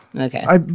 Okay